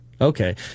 Okay